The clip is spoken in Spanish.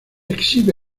exhibe